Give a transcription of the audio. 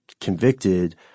convicted